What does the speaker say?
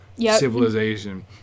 civilization